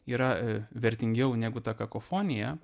yra vertingiau negu ta kakofonija